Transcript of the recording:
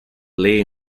lay